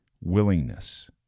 willingness